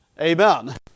Amen